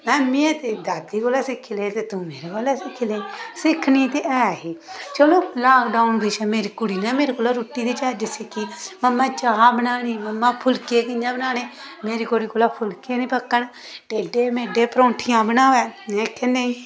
में आखेआ में तेरी दादी कोला सिक्खी लेई ते तू मेरे कोला सिक्खी लेई सिक्खनी ते ऐ ही चलो लाॅक डाउन च मेरी कुड़ी ने मेरे कोला रुटी दी चज्ज सिक्खी ममां चाह् बनानी ममां फुलके कियां बनाने मेरी कुड़ी कोला फुलके नेईं पकक्न टेडे़ मेडे़ परोंठियां बनाएं में आखेआ नेईं